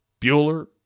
Bueller